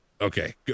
Okay